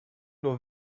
nur